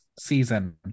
season